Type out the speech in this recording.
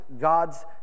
God's